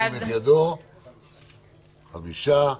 חמישה.